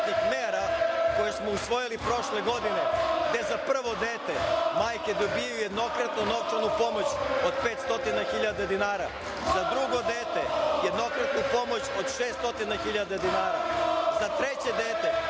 mera koje smo usvojili prošle godine gde za prvo dete majke dobijaju jednokratnu novčanu pomoć od 500.000 dinara, za drugo dete jednokratnu pomoć od 600.000 dinara, za treće dete